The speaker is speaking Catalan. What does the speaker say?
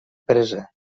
presa